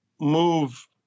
move